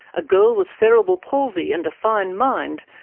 a girl with cerebral palsy and a fine mind,